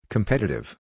Competitive